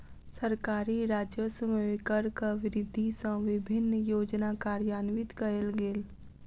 सरकारी राजस्व मे करक वृद्धि सँ विभिन्न योजना कार्यान्वित कयल गेल